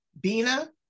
Bina